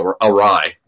awry